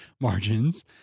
margins